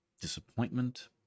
disappointment